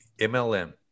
MLM